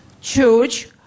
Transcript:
church